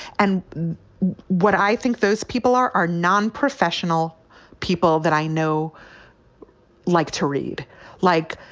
and what i think those people are are non-professional people that i know like to read like.